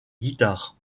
guitare